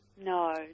No